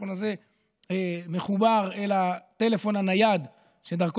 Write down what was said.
המיקרופון הזה מחובר אל הטלפון הנייד שדרכו